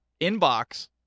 Inbox